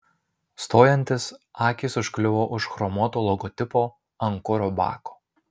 stojantis akys užkliuvo už chromuoto logotipo ant kuro bako